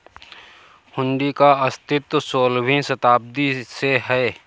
हुंडी का अस्तित्व सोलहवीं शताब्दी से है